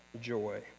joy